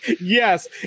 yes